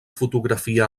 fotografia